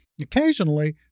Occasionally